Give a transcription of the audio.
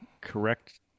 correct